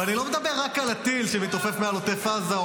אני לא מדבר רק על הטיל שמתעופף מעל עוטף עזה או